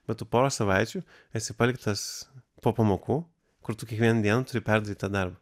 bet tu porą savaičių esi paliktas po pamokų kur tu kiekvieną dieną turi perdaryt tą darbą